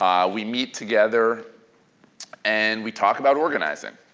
um we meet together and we talk about organizing,